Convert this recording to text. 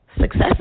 success